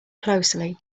closely